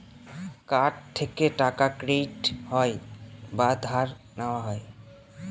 card থেকে টাকা credit হয় বা ধার নেওয়া হয়